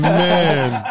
man